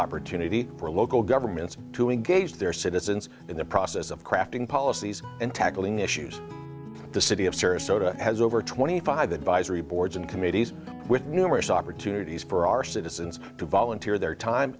opportunity for local governments to engage their citizens in the process of crafting policies and tackling issues the city of serious so to has over twenty five advisory boards and committees with numerous opportunities for our citizens to volunteer their time